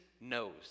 knows